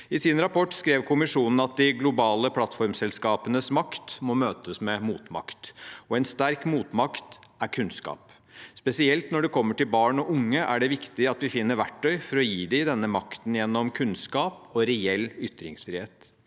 I sin rapport skrev kommisjonen at de globale plattformselskapenes makt må møtes med motmakt. En sterk motmakt er kunnskap. Spesielt når det gjelder barn og unge, er det viktig at vi finner verktøy for å gi dem denne makten gjennom kunnskap og reell ytringsfrihet.